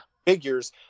figures